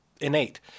innate